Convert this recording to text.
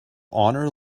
honor